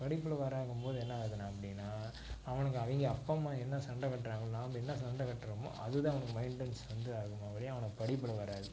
படிப்பில் வராதுங்கும் போது என்ன ஆகுதுனால் அப்படின்னா அவனுக்கு அவங்க அப்பா அம்மா என்ன சண்டை கட்டுறாங்க நாம் என்ன சண்டை கட்டுறமோ அது தான் அவங்க மைண்டெய்ன்ஸ் வந்து ஆகுமோ ஒழிய அவனுக்கு படிப்பில் வராது